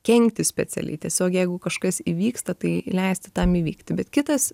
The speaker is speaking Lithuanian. kenkti specialiai tiesiog jeigu kažkas įvyksta tai leisti tam įvykti bet kitas